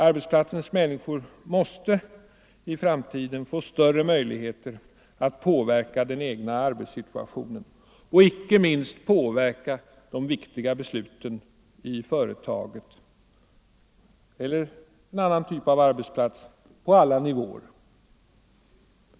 Arbetsplatsens människor måste i framtiden få större möjligheter att påverka den egna arbetssituationen och icke minst de viktiga besluten i företaget, vilken arbetsplats det än gäller och på alla nivåer.